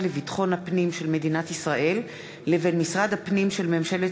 לביטחון פנים של מדינת ישראל לבין משרד הפנים של ממשלת